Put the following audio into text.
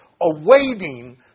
awaiting